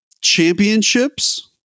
championships